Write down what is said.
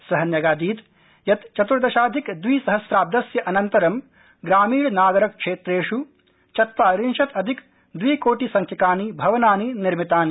स न्यगादीत् यत् चत्र्दशाधिक द्विसहस्राब्दस्य अनन्तरं ग्रामीणनागरक्षेत्रेष् चत्वारिशत् अधिक द्विकोटिसंख्यकानि भवनानि निर्मितानि